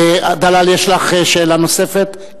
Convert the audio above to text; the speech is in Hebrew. דלאל, יש לך שאלה נוספת?